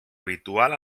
habitual